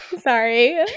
Sorry